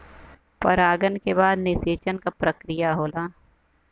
परागन के बाद निषेचन क प्रक्रिया होला